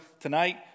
tonight